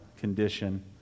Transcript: condition